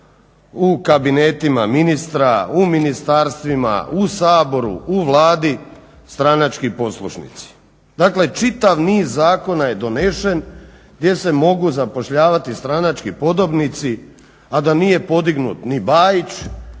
u kabinetima ministra, u ministarstvima, u Saboru, u Vladi stranački poslušnici. Dakle, čitav niz zakona je donesen gdje se mogu zapošljavati stranački podobnici, a da nije podignut ni Bajić,